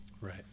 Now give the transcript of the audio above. Right